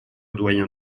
doyen